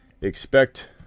expect